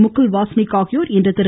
முகுல் வாஸ்னிக் ஆகியோர் இன்று திரு